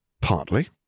Partly